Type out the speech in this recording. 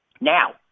Now